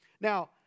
Now